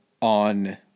on